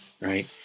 Right